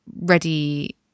ready